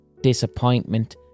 disappointment